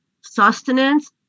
sustenance